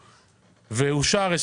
ואושר,